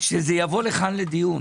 שזה יבוא לכאן לדיון.